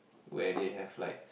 where they have like